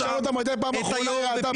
תשאל אותה מתי בפעם האחרונה היא ראתה